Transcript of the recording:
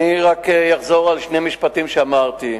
אני רק אחזור על שני משפטים שאמרתי: